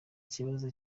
kibazo